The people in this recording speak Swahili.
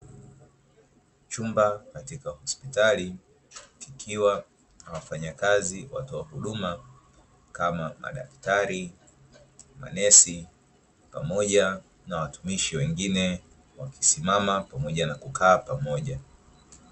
Chumba katika hospitali kikiwa na wafanyakazi watoa huduma kama madaktari, manesi pamoja na watumishi wengine, wakisimama pamoja na kukaa pamoja.